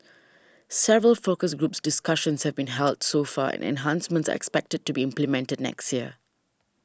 several focus groups discussions have been held so far and enhancements are expected to be implemented next year